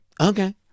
okay